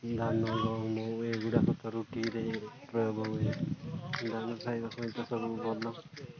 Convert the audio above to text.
ଧାନ ମହୁ ମହୁ ଏଗୁଡ଼ାକତ ରୁଟିରେ ପ୍ରୟୋଗ ହୁଏ ଧାନ ସହିତ